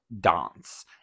Dance